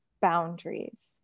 boundaries